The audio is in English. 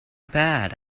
bad